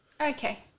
Okay